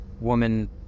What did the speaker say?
woman